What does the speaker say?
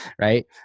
right